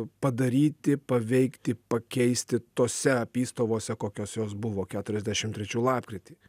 padaryti paveikti pakeisti tose apystovose kokios jos buvo keturiasdešim trečių lapkritį